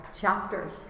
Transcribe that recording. chapters